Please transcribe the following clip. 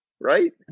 Right